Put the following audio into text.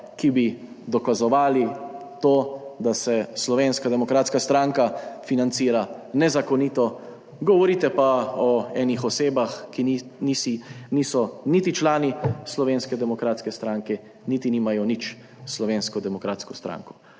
ki bi dokazoval to, da se Slovenska demokratska stranka financira nezakonito, govorite pa o enih osebah, ki niso niti člani Slovenske demokratske stranke niti nimajo nič s Slovensko demokratsko stranko.